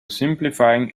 simplifying